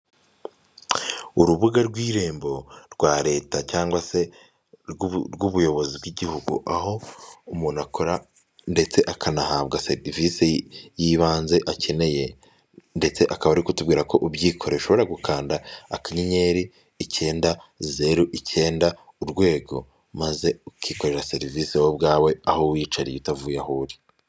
Urubuga rw'irembo rwa leta cyangwa se rw'ubuyobozi bw'igihugu aho umuntu akora ndetse akanahabwa serivisi y'ibanze akeneye, ndetse akaba ari kutubwira ko ubyikorera ashobora gukanda akanyenyeri icyenda zeru, icyenda, urwego maze ukikorera serivisi wowe ubwawe aho wicariye utavuye aho uri.